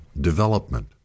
development